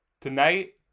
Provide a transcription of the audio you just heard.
tonight